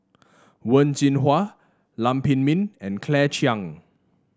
Wen Jinhua Lam Pin Min and Claire Chiang